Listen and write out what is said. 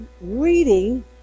reading